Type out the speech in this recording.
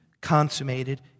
consummated